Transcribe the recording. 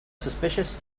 suspicious